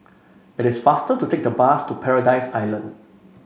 it is faster to take the bus to Paradise Island